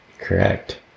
Correct